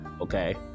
okay